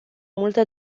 multă